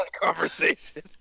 conversation